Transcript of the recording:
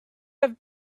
have